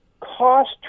cost